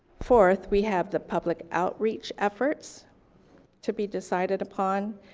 fourth, we have the public outreach efforts to be decided upon,